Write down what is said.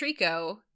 Trico